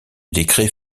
décret